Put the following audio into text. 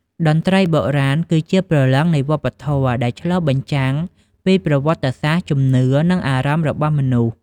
តន្ត្រីបុរាណ គឺជាព្រលឹងនៃវប្បធម៌ ដែលឆ្លុះបញ្ចាំងពីប្រវត្តិសាស្ត្រ ជំនឿ និងអារម្មណ៍របស់មនុស្ស។